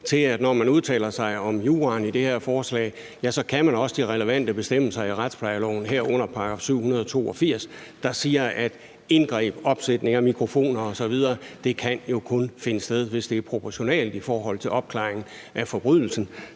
til, at når man udtaler sig om juraen i det her forslag, kan man også de relevante bestemmelser i retsplejeloven, herunder § 782, der siger, at indgreb, opsætning af mikrofoner osv. kun kan finde sted, hvis det er proportionalt i forhold til opklaring af forbrydelsen